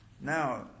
Now